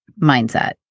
mindset